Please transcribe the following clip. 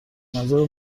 منظره